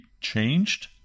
changed